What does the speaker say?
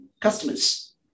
customers